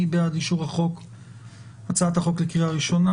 מי בעד אישור הצעת החוק לקריאה ראשונה?